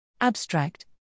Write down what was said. Abstract